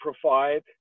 provide